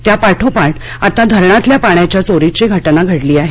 त्यापाठोपाठ आता धरणातल्या पाण्याच्या चोरीची घटना घडली आहे